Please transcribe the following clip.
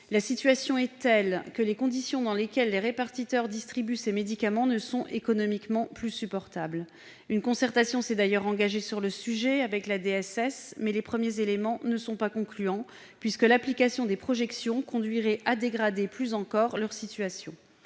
La situation est telle que les conditions dans lesquelles les répartiteurs distribuent ces médicaments ne sont pas économiquement supportables. Une concertation s'est d'ailleurs engagée sur le sujet avec la direction de la sécurité sociale, la DSS, mais les premiers éléments ne sont pas concluants, puisque l'application des projections conduirait à dégrader plus encore la situation